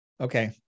Okay